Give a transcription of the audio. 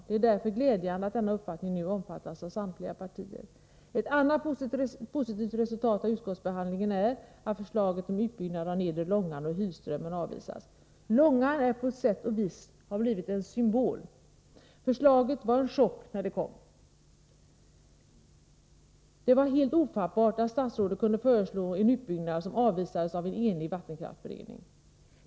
Det är därför glädjande att denna uppfattning nu omfattas av samtliga partier. Ett annat positivt resultat av utskottsbehandlingen är att förslaget om utbyggnad av Nedre Långan och Hylströmmen avvisas. Långan har på sätt och vis blivit en symbol. Förslaget var en chock när det kom. Det var helt ofattbart att statsrådet kunde föreslå en utbyggnad som avvisades av en enig vattenkraftsberedning.